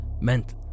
meant